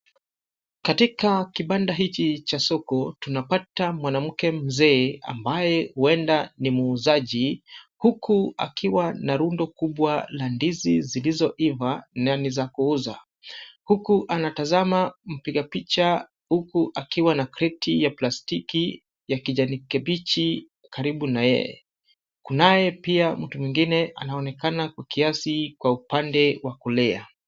Katika kibanda hichi cha soko, tunapata mwanamke mzee ambaye huenda ni muuzaji huku akiwa na rundo kubwa la ndizi zilizoiva na ni za kuuza. Huku anatazama mpiga picha huku akiwa na kreti ya plastiki ya kijani kibichi karibu na yeye. Kunaye pia mtu mwingine anaonekana kwa kiasi kwa upande wa kulia.